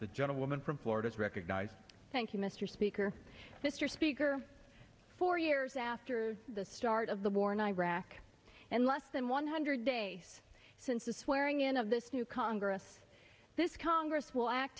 the gentleman from florida is recognized thank you mr speaker mr speaker four years after the start of the war in iraq and less than one hundred days since the swearing in of this new congress this congress will act